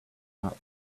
not